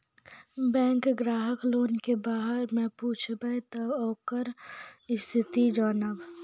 Bank ग्राहक loan के बारे मैं पुछेब ते ओकर स्थिति जॉनब?